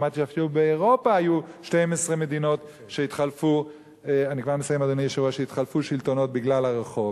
שמעתי שאפילו באירופה היו 12 מדינות שהתחלפו השלטונות בהן בגלל הרחוב.